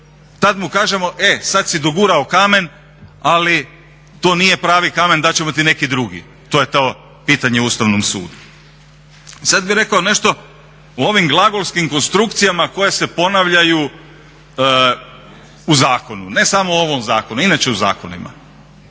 tad mu kažemo e sad si dogurao kamen, ali to nije pravi kamen, dat ćemo ti neki drugi. To je to pitanje Ustavnom sudu. Sada bih rekao nešto o ovim glagolskim konstrukcijama koje se ponavljaju u zakonu. Ne samo ovom zakonu, inače u zakonima.